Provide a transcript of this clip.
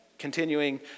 continuing